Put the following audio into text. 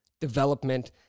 development